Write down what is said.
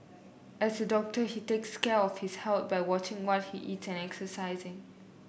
as a doctor he takes care of his health by watching what he eat and exercising